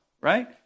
right